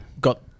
got